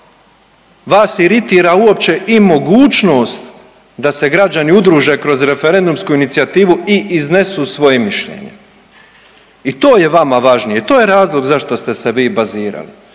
Vas iritira uopće i mogućnost da se građani udruže kroz referendumsku inicijativu i iznesu svoje mišljenje i to je vama važnije i to je razlog zašto ste vi bazirali.